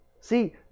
see